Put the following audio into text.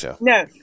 No